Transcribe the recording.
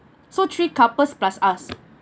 so three couples plus us